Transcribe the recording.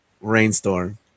rainstorm